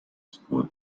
school